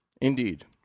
Indeed